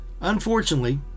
Unfortunately